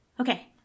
Okay